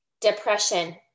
Depression